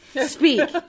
Speak